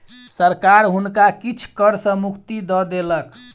सरकार हुनका किछ कर सॅ मुक्ति दय देलक